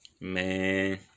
Man